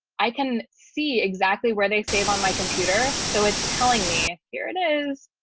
i can see exactly where they save on my computer. so it's telling me here it is.